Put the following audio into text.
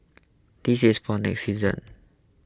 this is for next season